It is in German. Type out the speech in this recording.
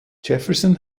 jefferson